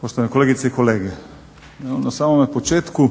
poštovane kolegice i kolege. Evo na samom početku